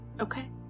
Okay